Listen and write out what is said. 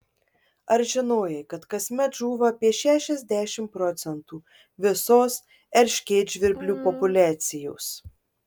ar žinojai kad kasmet žūva apie šešiasdešimt procentų visos erškėtžvirblių populiacijos